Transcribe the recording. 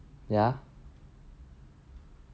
ya